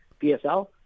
PSL